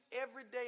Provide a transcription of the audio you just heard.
everyday